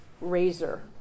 razor